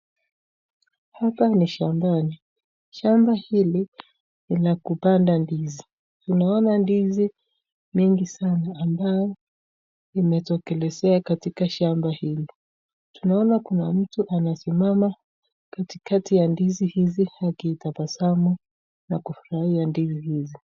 Hapa ni shambani, shamba hili ni la kupanda ndizi. Tunaona ndizi mingi sana ambayo imetokelezea katika shamba hili. Tunaona kuna mtu anasimama katikati ya ndizi hizi akitabasamu na kufurahia ndizi hizi.